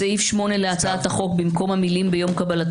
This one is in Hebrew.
בסעיף 8 להצעת החוק, לאחר המילים "תחילתו